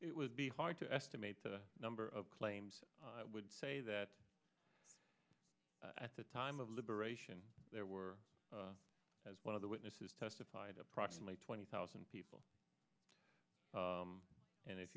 it would be hard to estimate the number of claims i would say that at the time of liberation there were as one of the witnesses testified approximately twenty thousand people and if